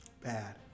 Bad